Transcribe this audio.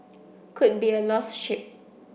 could be a lost sheep